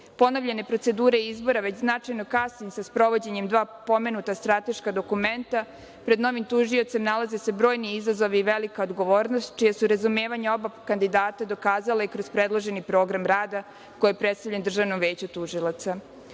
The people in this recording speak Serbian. ponovljene procedure izbora već značajno kasni sa sprovođenjem dva pomenuta strateška dokumenta, pred novim tužiocem nalaze se brojni izazovi i velika odgovornost, čija su razumevanja oba kandidata dokazala i kroz predloženi program rada koji je predstavljenom Državnom veću tužioca. Podaci